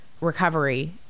recovery